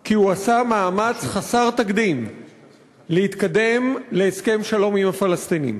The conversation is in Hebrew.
כי הוא עשה מאמץ חסר תקדים להתקדם להסכם שלום עם הפלסטינים.